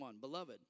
Beloved